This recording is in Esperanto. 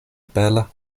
bela